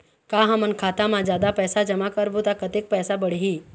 का हमन खाता मा जादा पैसा जमा करबो ता कतेक पैसा बढ़ही?